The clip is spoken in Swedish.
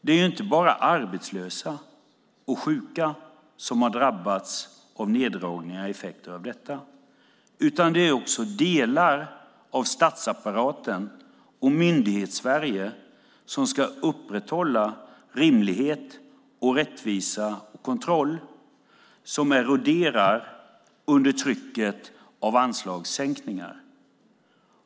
Det är inte bara arbetslösa och sjuka som har drabbats av neddragningar och effekter av detta, utan också delar av statsapparaten och Myndighetssverige, som ska upprätthålla rimlighet, rättvisa och kontroll, eroderar under trycket av anslagssänkningar.